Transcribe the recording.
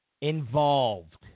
involved